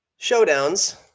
showdowns